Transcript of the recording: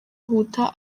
yihuta